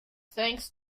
thanks